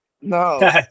No